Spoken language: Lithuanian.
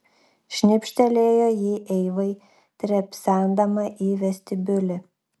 šnipštelėjo ji eivai trepsendama į vestibiulį